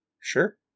sure